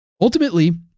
Ultimately